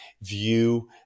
view